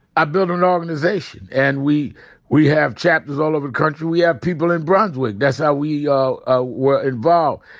i built an organization. and we we have chapters all over the country. we have people in brunswick. that's how we ah ah were involved.